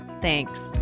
Thanks